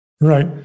Right